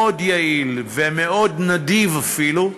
מאוד יעיל ומאוד נדיב אפילו.